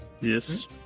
Yes